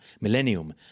millennium